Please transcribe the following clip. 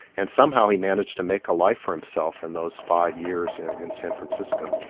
and somehow he managed to make a life for himself in those five years and in san francisco.